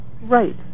Right